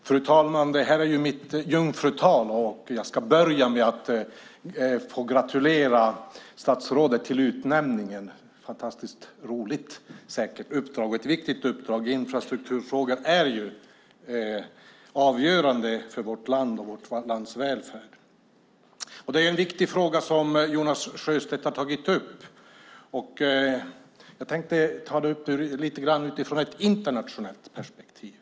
Fru talman! Detta är mitt jungfrutal, och jag ska börja med att gratulera statsrådet till utnämningen. Det är säkert ett fantastiskt roligt uppdrag, och det är viktigt. Infrastrukturfrågor är ju avgörande för vårt land och vårt lands välfärd. Det är en viktig fråga som Jonas Sjöstedt har tagit upp. Jag tänkte tala lite grann utifrån ett internationellt perspektiv.